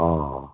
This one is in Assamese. অঁ